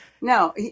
No